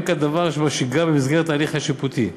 כדבר שבשגרה במסגרת ההליך השיפוטי,